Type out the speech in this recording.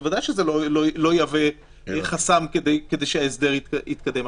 בוודאי שזה לא יהווה חסם כדי שההסדר יתקדם.